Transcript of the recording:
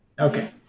Okay